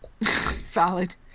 Valid